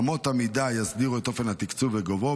אמות המידה יסדירו את אופן התקצוב וגובהו,